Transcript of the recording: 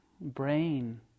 brain